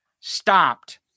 stopped